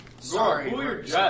Sorry